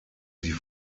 sie